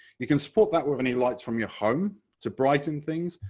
you can support that with any lights from your home to brighten things,